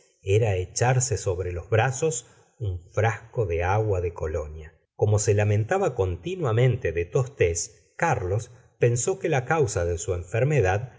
era echarse sobre los brazos un frasco de agua de colonia como se lamentaba continuamente de tostes carlos pensó que la causa de su enfermedad